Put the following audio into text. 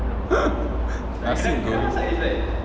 nasi goreng